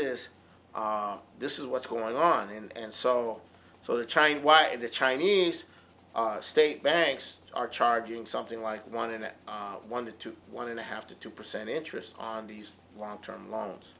is this is what's going on and so on so they're trying why the chinese state banks are charging something like one in a one to one and a half to two percent interest on these long term loans